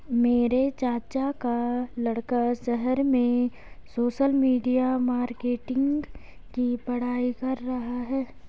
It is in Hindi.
मेरे चाचा का लड़का शहर में सोशल मीडिया मार्केटिंग की पढ़ाई कर रहा है